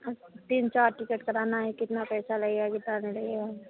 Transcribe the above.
तीन चार टिकट करना है कितना पैसा लगेगा कितना नहीं लगेगा